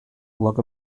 look